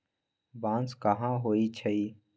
बांस कहाँ होई छई